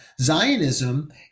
Zionism